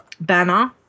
banner